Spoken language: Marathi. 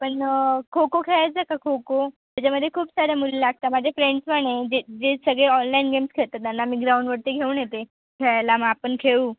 आपण खो खो खेळायचं का खो खो त्याच्यामध्ये खूप साऱ्या मुली लागतं माझ्या फ्रेंड्स पण आहे जे जे सगळे ऑनलाईन गेम्स खेळतात त्यांना मी ग्राउंडवरती घेऊन येते खेळायला मग आपण खेळू